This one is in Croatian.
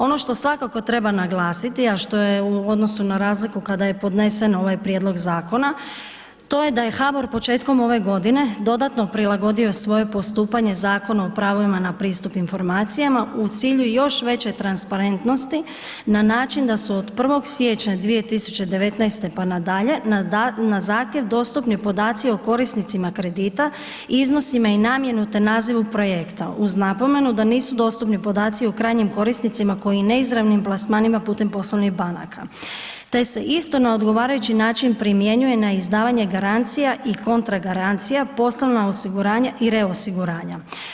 Ono što svakako treba naglasiti, a što je u odnosu na razliku kada je podnesen ovaj prijedlog zakona, to je da HBOR početkom ove godine dodatno prilagodio svoje postupanje Zakonu o pravima na pristup informacijama u cilju još veće transparentnosti na način da su od 1. siječnja 2019. pa na dalje na zahtjev dostupni podaci o korisnicima kredita, iznosima i namjenu te nazivu projekta uz napomenu da nisu dostupni podaci o krajnjim korisnicima koji neizravnim plasmanima putem poslovnih banaka te se isto na odgovarajući način primjenjuje na izdavanje garancija i kontragarancija, poslovna osiguranja i reosiguranja.